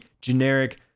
generic